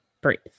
breathe